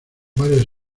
varias